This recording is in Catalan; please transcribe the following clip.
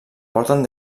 porten